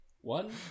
One